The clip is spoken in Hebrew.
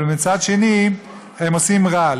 אבל מצד שני הם עושים רע.